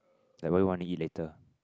like what you want to eat later